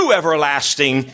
everlasting